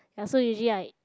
ya so usually I